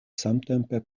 samtempe